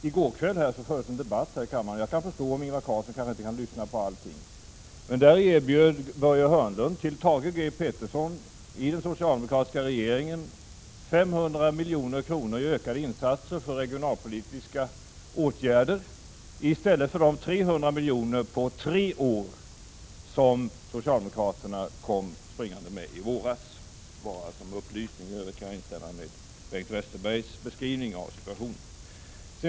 I går kväll fördes en debatt här i kammaren — jag kan förstå om Ingvar Carlsson inte kan lyssna på allt — då Börje Hörnlund erbjöd Thage G Peterson i den socialdemokratiska regeringen 500 milj.kr. i ökade insatser för regionalpolitiska åtgärder i stället för de 300 milj.kr. på tre år som socialdemokraterna kom springande med i våras. Detta är bara en upplysning. I övrigt kan jag instämma i Bengt Westerbergs beskrivning av situationen.